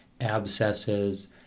abscesses